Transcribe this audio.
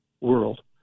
world